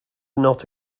not